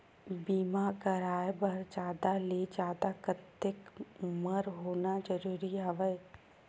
बीमा कराय बर जादा ले जादा कतेक उमर होना जरूरी हवय?